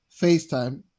FaceTime